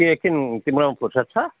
के एकछिन तिम्रोमा फुर्सत छ